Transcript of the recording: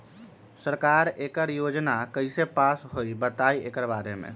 सरकार एकड़ योजना कईसे पास होई बताई एकर बारे मे?